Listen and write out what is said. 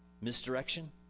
Misdirection